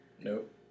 nope